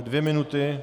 Dvě minuty?